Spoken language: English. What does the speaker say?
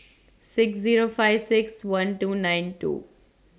six Zero five six one two nine two